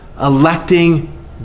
electing